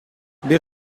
бир